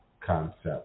concept